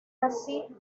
así